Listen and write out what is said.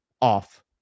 off